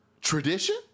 tradition